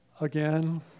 again